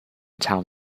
town